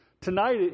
Tonight